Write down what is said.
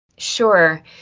Sure